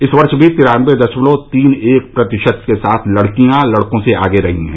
इस वर्ष भी तिरानवे दशमलव तीन एक प्रतिशत के साथ लड़कियां लड़कों से आगे रही हैं